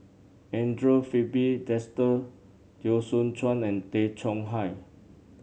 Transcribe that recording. Andre Filipe Desker Teo Soon Chuan and Tay Chong Hai